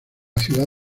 ciudad